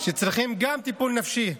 שצריכים גם טיפול נפשי.